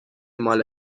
مال